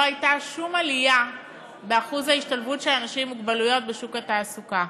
לא הייתה שום עלייה בשיעור ההשתלבות של אנשים עם מוגבלות בשוק תעסוקה.